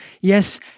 Yes